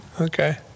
Okay